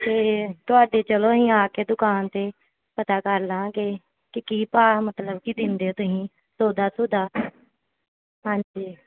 ਅਤੇ ਤੁਹਾਡੇ ਚਲੋ ਅਸੀਂ ਆ ਕੇ ਦੁਕਾਨ 'ਤੇ ਪਤਾ ਕਰ ਲਾਂਗੇ ਕਿ ਕੀ ਭਾਅ ਮਤਲਬ ਕੀ ਦਿੰਦੇ ਹੋ ਤੁਸੀਂ ਸੌਦਾ ਸੁਦਾ ਹਾਂਜੀ